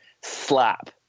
slap